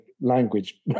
language